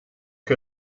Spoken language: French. que